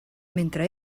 mentre